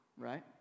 right